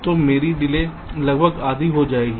तो मेरी डिले लगभग आधी सही हो जाएगी